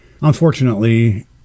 Unfortunately